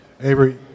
Avery